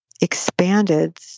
expanded